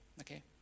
Okay